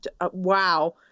Wow